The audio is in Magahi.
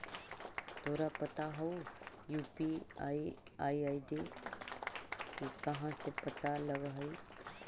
तोरा पता हउ, यू.पी.आई आई.डी के कहाँ से पता लगऽ हइ?